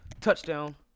Touchdown